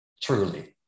truly